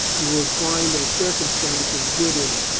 you will find a circumstance of good in it,